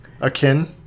Akin